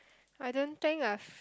I don't think I've